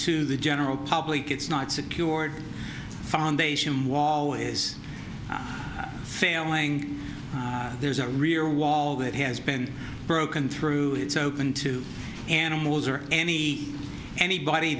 to the general public it's not secured foundation wall is failing there's a rear wall that has been broken through it's open to animals or any anybody